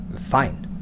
Fine